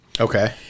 Okay